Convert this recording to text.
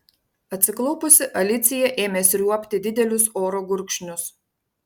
atsiklaupusi alicija ėmė sriuobti didelius oro gurkšnius